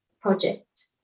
project